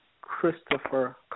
Christopher